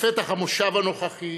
בפתח המושב הנוכחי,